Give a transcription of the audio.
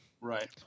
Right